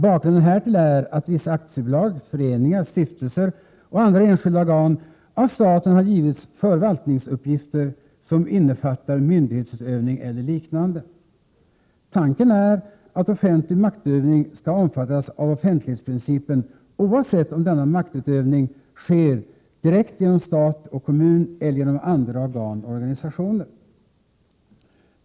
Bakgrunden härtill är att vissa aktiebolag, föreningar, stiftelser och andra enskilda organ av staten har givits förvaltningsuppgifter som innefattar myndighetsutövning eller liknande. Tanken är att offentlig maktutövning skall omfattas av offentlighetsprincipen, oavsett om denna maktutövning sker direkt genom stat och kommun eller genom andra organ och organisationer.